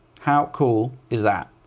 how cool is that?